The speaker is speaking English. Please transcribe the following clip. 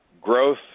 growth